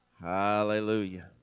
Hallelujah